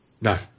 No